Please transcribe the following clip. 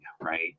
right